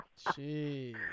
Jeez